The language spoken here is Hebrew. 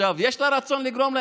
עכשיו, יש לה רצון לגרום?